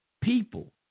people